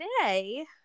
today